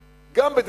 גם בהיבט המוסרי,